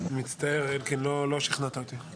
8 נמנעים, 0 מצטער אלקין, לא שכנעת אותי.